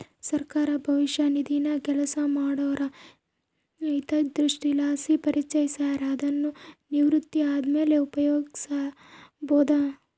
ಸರ್ಕಾರ ಭವಿಷ್ಯ ನಿಧಿನ ಕೆಲಸ ಮಾಡೋರ ಹಿತದೃಷ್ಟಿಲಾಸಿ ಪರಿಚಯಿಸ್ಯಾರ, ಅದುನ್ನು ನಿವೃತ್ತಿ ಆದ್ಮೇಲೆ ಉಪಯೋಗ್ಸ್ಯಬೋದು